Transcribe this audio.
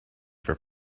for